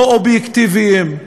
לא אובייקטיביים,